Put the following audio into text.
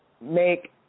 make